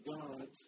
God